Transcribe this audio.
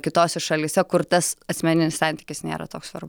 kitose šalyse kur tas asmeninis santykis nėra toks svar